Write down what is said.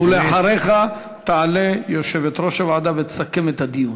אחריך תעלה יושבת-ראש הוועדה ותסכם את הדיון.